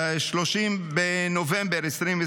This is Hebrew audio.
ב-30 בנובמבר 2024,